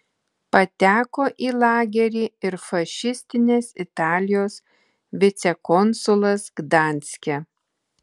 pateko į lagerį ir fašistinės italijos vicekonsulas gdanske